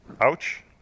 Ouch